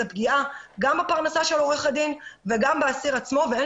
זו פגיעה גם בפרנסה של עורך הדין וגם באסיר עצמו ואין